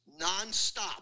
nonstop